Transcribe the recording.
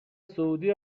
سعودی